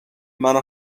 منو